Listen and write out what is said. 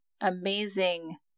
Amazing